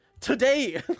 today